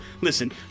listen